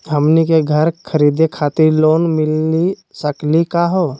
हमनी के घर खरीदै खातिर लोन मिली सकली का हो?